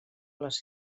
les